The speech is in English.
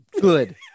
Good